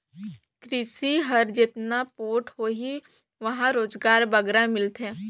किरसी हर जेतना पोठ होही उहां रोजगार बगरा मिलथे